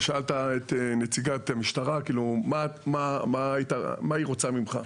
אתה שאלת את נציגת המשטרה מה היא רוצה ממך,